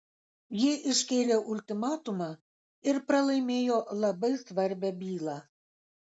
ji iškėlė ultimatumą ir pralaimėjo labai svarbią bylą